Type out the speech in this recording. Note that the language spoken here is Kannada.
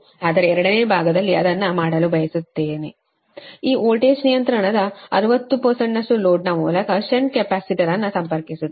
ಆದರೆ ಎರಡನೇ ಭಾಗದಲ್ಲಿ ಅದನ್ನು ಮಾಡಲು ಬಯಸುತ್ತೇವೆ ಈ ವೋಲ್ಟೇಜ್ ನಿಯಂತ್ರಣದ 60 ಲೋಡ್ನಾ ಮೂಲಕ ಶಂಟ್ ಕೆಪಾಸಿಟರ್ ಅನ್ನು ಸಂಪರ್ಕಿಸುತ್ತದೆ